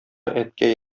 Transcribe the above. әткәй